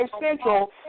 Central